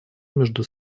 между